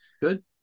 Good